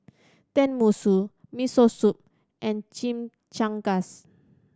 Tenmusu Miso Soup and Chimichangas